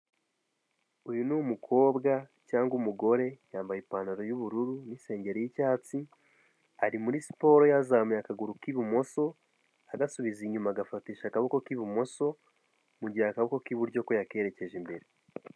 Uyu ni umukobwa cyangwa umugore, yambaye ipantaro y'ubururu n'isengeri y'icyatsi. Ari muri siporo yazamuye akaguru k'ibumoso agasubiza inyuma agafatisha akaboko k'ibumoso, mu gihe akaboko k'iburyo ko yakerekeje imbere.